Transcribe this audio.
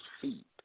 feet